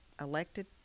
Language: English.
elected